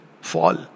fall